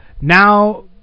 now